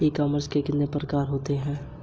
ई commerce के कितने प्रकार होते हैं?